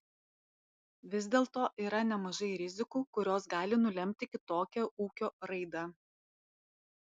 vis dėlto yra nemažai rizikų kurios gali nulemti kitokią ūkio raidą